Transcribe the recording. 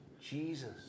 Jesus